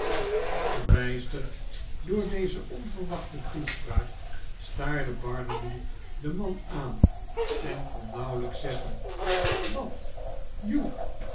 verbijsterd door deze onverwachte toespraak staarde barnaby den man aan en kon nauwelijks zeggen wat